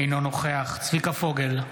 אינו נוכח צביקה פוגל,